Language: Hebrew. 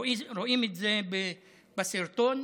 רואים את זה בסרטון,